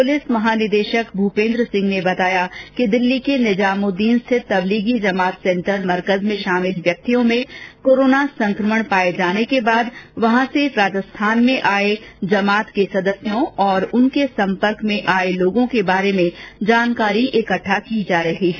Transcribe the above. police महानिदेशक भूपेन्द्र सिंह ने बताया कि दिल्ली के निजामुदीन स्थित तब्लीगी जमात सेन्टर मरकज में शामिल व्यक्तियों में कोरोना संक्रमण पाए जाने के बाद वहां से राजस्थान में आये तब्लीग जमात के सदस्यों और उनके सम्पर्क में आए लोगों के बार में जानकारी इकट्ठा की जा रही है